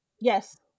Yes